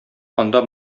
анда